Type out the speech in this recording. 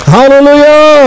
Hallelujah